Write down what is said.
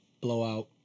blowout